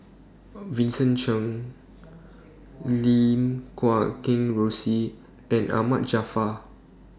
Vincent Cheng Lim Guat Kheng Rosie and Ahmad Jaafar